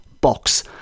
box